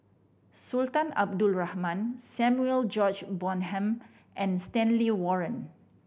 Sultan Abdul Rahman Samuel George Bonham and Stanley Warren